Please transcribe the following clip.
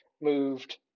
moved